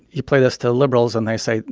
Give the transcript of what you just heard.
you play this to liberals, and they say,